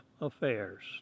affairs